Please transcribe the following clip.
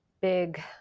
big